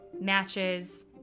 matches